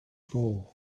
goal